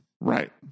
Right